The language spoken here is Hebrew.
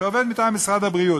שעובד מטעם משרד הבריאות,